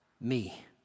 me